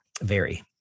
vary